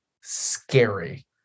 scary